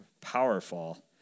powerful